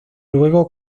luego